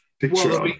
picture